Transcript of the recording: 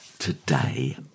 Today